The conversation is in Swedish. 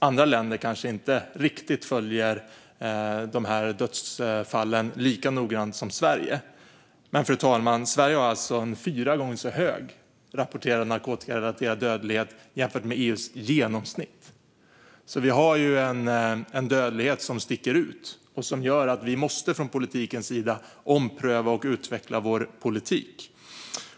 Andra länder följer kanske inte dessa dödsfall riktigt lika noggrant som Sverige. Men Sverige har, fru talman, en fyra gånger högre rapporterad narkotikarelaterad dödlighet än EU:s genomsnitt. Dödligheten hos oss sticker ut. Det gör att vi måste ompröva och utveckla vår politik.